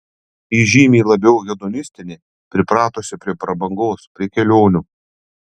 ji žymiai labiau hedonistinė pripratusi prie prabangos prie kelionių